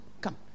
come